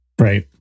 Right